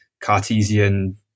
cartesian